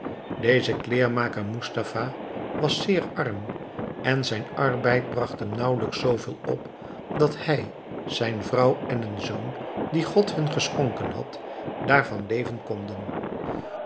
deze kleermaker moestafa was zeer arm en zijn arbeid bracht hem nauwelijks zooveel op dat hij zijn vrouw en een zoon dien god hun geschonken had daarvan leven konden